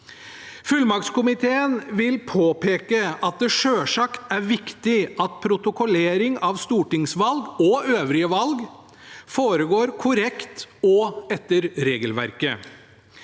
Fullmaktskomiteen vil påpeke at det selvfølgelig er viktig at protokollering av stortingsvalg og øvrige valg foregår korrekt og etter regelverket.